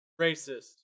Racist